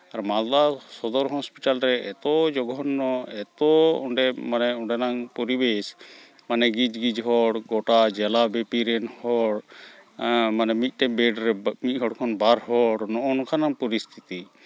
ᱟᱨ Malda Sadar hospital ᱨᱮ ᱮᱛᱚ ᱡᱚᱜᱷᱚᱱᱱᱚ ᱮᱛᱚ ᱚᱸᱰᱮ ᱢᱟᱱᱮ ᱚᱸᱰᱮᱱᱟᱝ ᱯᱚᱨᱤᱵᱮᱹᱥ ᱢᱟᱱᱮ ᱜᱤᱡᱽᱼᱜᱤᱡᱽ ᱦᱚᱲ ᱜᱚᱴᱟ ᱡᱮᱞᱟ ᱵᱮᱯᱤ ᱨᱮᱱ ᱦᱚᱲ ᱢᱟᱱᱮ ᱢᱤᱫᱴᱮᱡ ᱵᱮᱹᱰ ᱨᱮ ᱢᱤᱫ ᱦᱚᱲ ᱠᱷᱚᱱ ᱵᱟᱨ ᱦᱚᱲ ᱱᱚᱜᱼᱚ ᱱᱚᱝᱠᱟᱱᱟᱝ ᱯᱚᱨᱤᱥᱛᱷᱤᱛᱤ